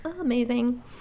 amazing